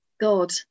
God